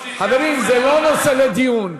חברים, זה לא נושא לדיון.